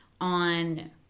on